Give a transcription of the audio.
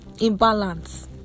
imbalance